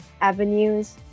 avenues